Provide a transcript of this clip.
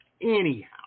Anyhow